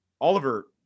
Oliver